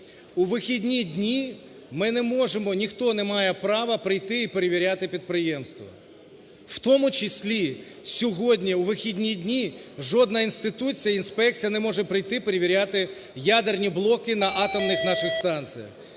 ми не можемо, ніхто не має права прийти і перевіряти підприємство. В тому числі сьогодні у вихідні дні жодна інституція, інспекція не може прийти перевіряти ядерні блоки на атомних наших станціях.